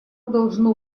должно